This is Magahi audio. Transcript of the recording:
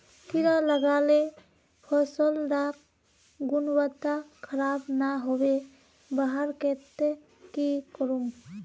कीड़ा लगाले फसल डार गुणवत्ता खराब ना होबे वहार केते की करूम?